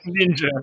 Ninja